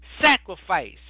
sacrifice